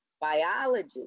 biology